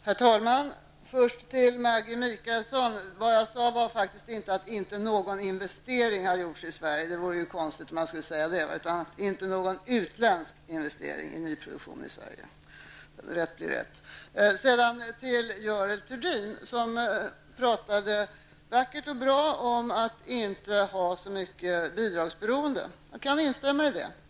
Herr talman! Jag vill först vända mig till Maggi Mikaelsson. Det jag sade var faktiskt inte att inte någon investering har gjorts i Sverige. Det vore konstigt om jag skulle säga det. Det jag sade var att det inte skett någon utländsk investering i nyproduktion i Sverige. Rätt skall vara rätt. Görel Thurdin talade vackert och väl om att inte ha ett så stort bidragsberoende. Jag kan instämma i detta.